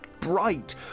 bright